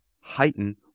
heighten